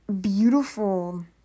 beautiful